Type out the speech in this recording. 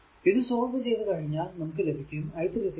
ഇത് സോൾവ് ചെയ്തു കഴിഞ്ഞാൽ നമുക്ക് ലഭിക്കും i3 1